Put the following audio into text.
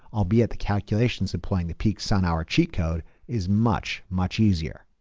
albeit the calculations employing the peak sun hour cheat code, is much, much easier.